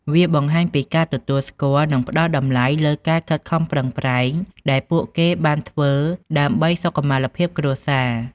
វាបង្ហាញពីការទទួលស្គាល់ និងផ្ដល់តម្លៃលើការខិតខំប្រឹងប្រែង ដែលពួកគេបានធ្វើដើម្បីសុខុមាលភាពគ្រួសារ។